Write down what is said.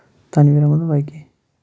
Tanveer Ahmad Wagay